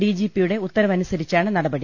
ഡിജിപിയുടെ ഉത്തരവനുസരിച്ചാണ് നടപടി